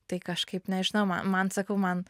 tai kažkaip nežinau ma man sakau man